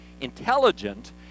intelligent